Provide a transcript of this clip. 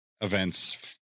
events